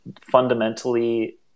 fundamentally